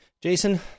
Jason